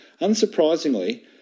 Unsurprisingly